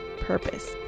purpose